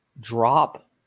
drop